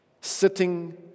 sitting